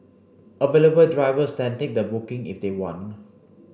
available drivers then take the booking if they want